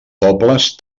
pobles